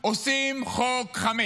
עושים חוק חמץ,